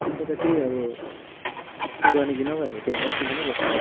पैसा त त्यही अब स्टे गर्ने कि नगर्ने त्यहाँ बस्ने कि नबस्ने